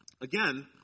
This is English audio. Again